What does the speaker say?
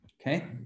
Okay